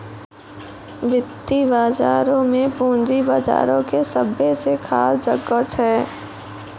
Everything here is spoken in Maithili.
वित्तीय बजारो मे पूंजी बजारो के सभ्भे से खास जगह छै